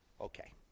Okay